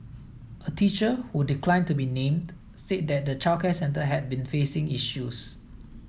a teacher who declined to be named said that the childcare centre had been facing issues